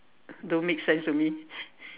don't make sense to me